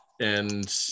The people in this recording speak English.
and-